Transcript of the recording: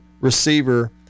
receiver